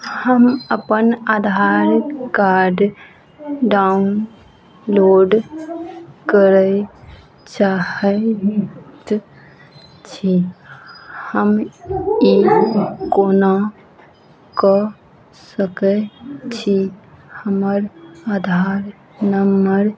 हम अपन Aadhaar card download करय चाहैत छी हम ई कोना कऽ सकै छी हमर आधार नम्बर